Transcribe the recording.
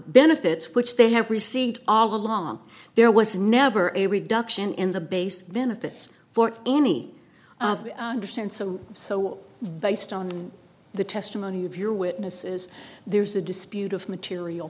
benefits which they have received are long there was never a reduction in the base benefits for any understand so so based on the testimony of your witnesses there's a dispute of material